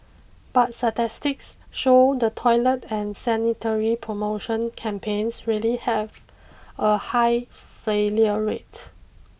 but statistics show the toilet and sanitary promotion campaigns really have a high failure rate